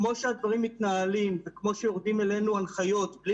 כמו שהדברים מתנהלים וכמו שיורדות אלינו הנחיות בלי